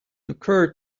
occur